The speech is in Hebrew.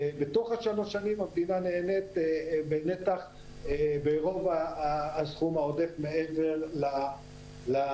ובתוך השלוש שנים המדינה נהנית מנתח מרוב הסכום העודף מעבר לתחזית.